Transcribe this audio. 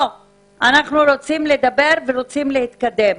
אנחנו רוצים לדבר ורוצים להתקדם.